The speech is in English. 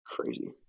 crazy